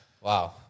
Wow